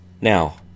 Now